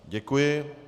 Děkuji.